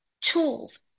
tools